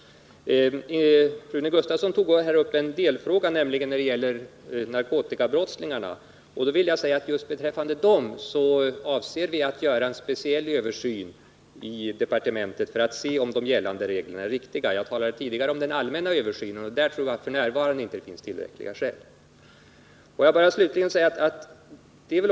Rune Gustavsson tog bara upp en delfråga, som gäller narkotikabrottslingarna. Just beträffande dem avser vi att göra en speciell översyn i departementet för att se om gällande regler är riktiga. Jag talade tidigare om den allmänna översynen, men där tror jag att det f. n. inte finns tillräckliga skäl för ändringar. Får jag slutligen säga följande.